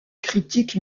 critique